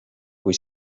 kui